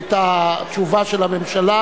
את התשובה של הממשלה,